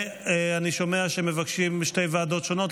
אני שומע שמבקשים שתי ועדות שונות,